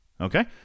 Okay